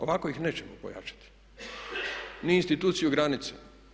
Ovako ih nećemo pojačati, ni instituciju granice.